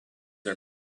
are